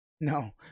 no